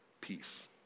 peace